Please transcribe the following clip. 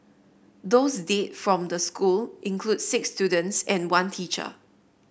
those dead from the school include six students and one teacher